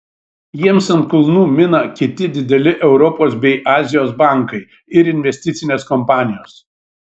jiems ant kulnų mina kiti dideli europos bei azijos bankai ir investicinės kompanijos